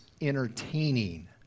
entertaining